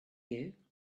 you